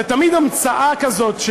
זה תמיד המצאה כזאת,